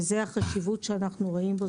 וזה החשיבות שאנחנו רואים בו,